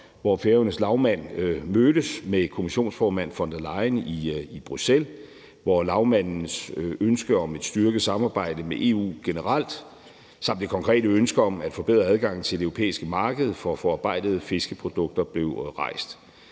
hvor Færøernes lagmand mødtes med kommissionsformand Ursula von der Leyen i Bruxelles, hvor lagmandens ønske om et styrket samarbejde med EU generelt samt et konkret ønske om at forbedre adgangen til det europæiske marked for forarbejdede fiskeprodukter blev rejst.